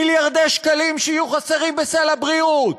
מיליארדי שקלים שיהיו חסרים בסל הבריאות,